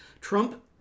Trump